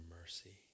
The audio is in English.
mercy